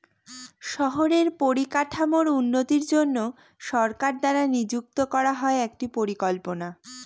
শহরের পরিকাঠামোর উন্নতির জন্য সরকার দ্বারা নিযুক্ত করা হয় একটি পরিকল্পনা